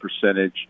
percentage